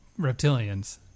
reptilians